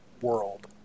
world